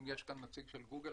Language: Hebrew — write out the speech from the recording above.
אם יש כאן נציג של גוגל,